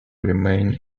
remain